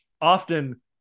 often